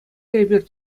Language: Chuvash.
эпир